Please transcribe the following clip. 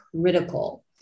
critical